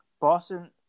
Boston